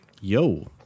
yo